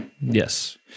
Yes